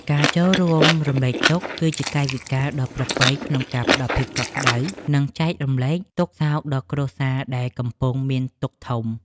ការចូលរួមរំលែកទុក្ខ គឺជាកាយវិការដ៏ប្រពៃក្នុងការផ្ដល់ភាពកក់ក្ដៅ និង ចែករំលែកទុក្ខសោកដល់គ្រួសារដែលកំពុងមានទុក្ខធំ។